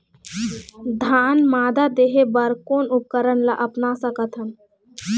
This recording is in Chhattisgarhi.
धान मादा देहे बर कोन उपकरण ला अपना सकथन?